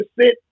sit